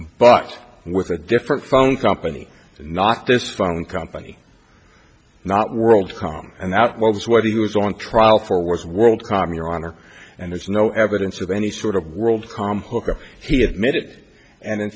but with a different phone company not this phone company not world com and out was what he was on trial for was world com your honor and there's no evidence of any sort of world com hooker he admitted and in